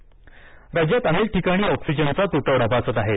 oxygen बचत पणे राज्यात अनेक ठिकाणी ऑक्सिजनचा तुटवडा भासत आहे